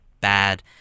bad